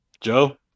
Joe